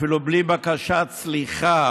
אפילו בלי בקשת סליחה.